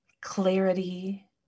clarity